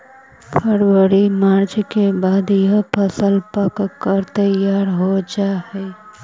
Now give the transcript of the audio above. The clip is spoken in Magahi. फरवरी मार्च के बाद यह फसल पक कर तैयार हो जा हई